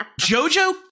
JoJo